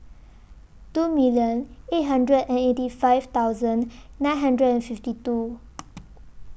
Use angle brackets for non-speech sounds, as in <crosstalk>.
two million eight hundred and eighty five thousand nine hundred and fifty two <noise>